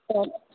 तब